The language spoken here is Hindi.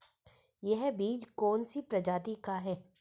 यह बीज कौन सी प्रजाति का है?